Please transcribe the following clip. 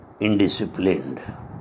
indisciplined